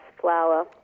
flower